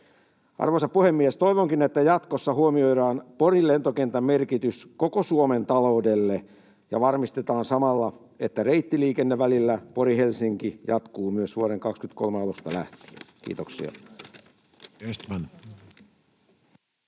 Arvoisa puhemies! Toivonkin, että jatkossa huomioidaan Porin lentokentän merkitys koko Suomen taloudelle ja varmistetaan samalla, että reittiliikenne välillä Pori—Helsinki jatkuu myös vuoden 2023 alusta lähtien. — Kiitoksia.